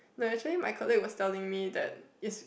no actually my colleague was telling me that is